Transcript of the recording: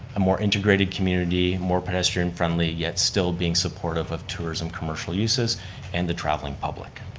a more integrating community, more pedestrian-friendly yet still being supportive of tourism commercial uses and the traveling public.